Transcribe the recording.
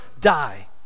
die